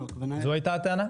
זו הייתה הטענה?